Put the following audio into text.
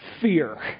fear